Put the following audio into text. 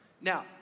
Now